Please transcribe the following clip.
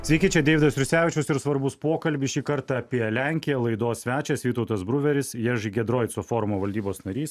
sveiki čia deividas jursevičius ir svarbus pokalbis šį kartą apie lenkiją laidos svečias vytautas bruveris ježy giedroico forumo valdybos narys